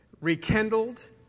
rekindled